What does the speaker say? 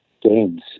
games